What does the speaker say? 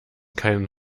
keinen